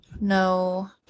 no